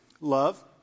Love